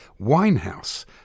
Winehouse